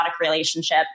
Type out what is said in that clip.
relationship